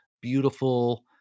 beautiful